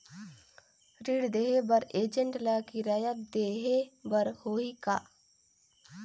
ऋण देहे बर एजेंट ला किराया देही बर होही का?